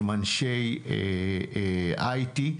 עם אנשי IT,